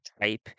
type